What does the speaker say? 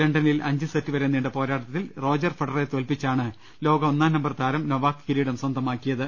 ലണ്ടനിൽ അഞ്ച് സെറ്റ് വരെ നീണ്ട പോരാട്ടത്തിൽ റോജർഫെഡററെ തോൽപിച്ചാണ് ലോക ഒന്നാം നമ്പർ താരം നോവാക്ക് കിരീടം സ്വന്തമാക്കിയത്